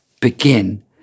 begin